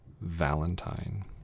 Valentine